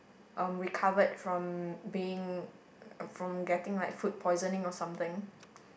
uh recovered from being from getting like food poisoning or something